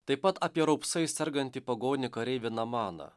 taip pat apie raupsais sergantį pagonį kareivį namaną